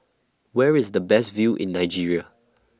Where IS The Best View in Nigeria